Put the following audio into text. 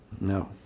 No